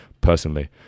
personally